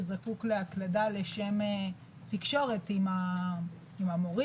הוא זקוק להקלדה לשם תקשורת עם המורים,